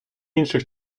інших